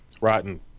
Rotten